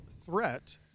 threat